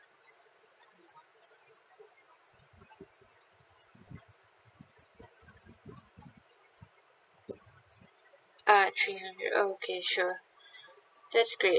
uh three hundred oh okay sure that's great